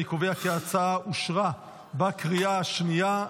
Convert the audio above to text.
אני קובע כי ההצעה אושרה בקריאה השנייה.